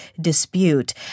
dispute